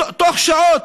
תוך שעות,